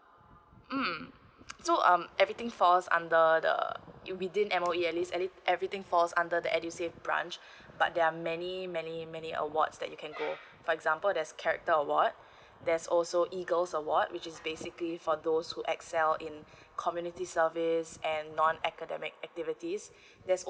mm so um everything falls under the uh will within M_O_E at least everything falls under the edusave branch but there are many many many awards that you can go for example there's character award there's also eagles award which is basically for those who excel in community service and non academic activities there's